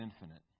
infinite